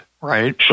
right